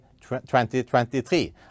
2023